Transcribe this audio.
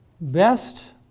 best